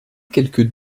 quelque